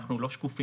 אנחנו לא שקופים,